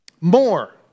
More